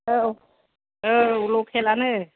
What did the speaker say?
औ औ लकेलानो